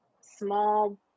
small